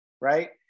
right